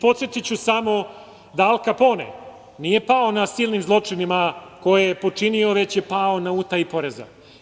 Podsetiću samo da Al Kapone nije pao na silnim zločinima koje je počinio, već je pao na utaji poreza.